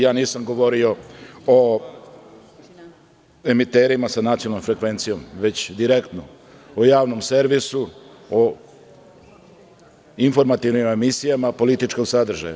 Ja nisam govorio o emiterima sa nacionalnom frekvencijom, već direktno o Javnom servisu, o informativnim emisijama političkog sadržaja.